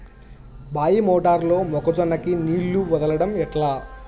బాయి మోటారు లో మొక్క జొన్నకు నీళ్లు వదలడం ఎట్లా?